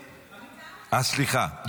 סליחה,